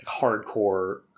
hardcore